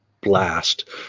blast